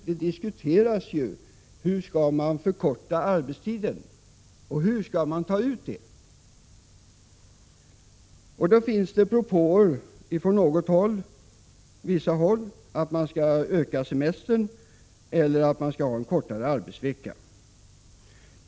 Frågan gäller hur arbetstiden skall förkortas och hur den skall förläggas. På vissa håll har det gjorts propåer om att semestern skall ökas eller att arbetsveckan skall förkortas.